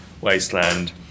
wasteland